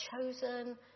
chosen